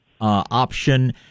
option